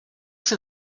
see